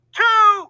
two